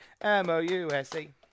M-O-U-S-E